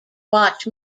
watch